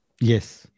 yes